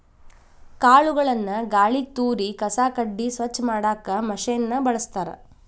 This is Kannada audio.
ಕಾಳುಗಳನ್ನ ಗಾಳಿಗೆ ತೂರಿ ಕಸ ಕಡ್ಡಿ ಸ್ವಚ್ಛ ಮಾಡಾಕ್ ಮಷೇನ್ ನ ಬಳಸ್ತಾರ